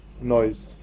noise